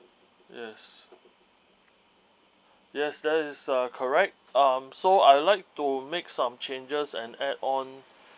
yes yes there is uh correct um so I'd like to make some changes and add on